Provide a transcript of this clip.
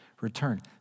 return